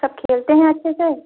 सब खेलते हैं अच्छे से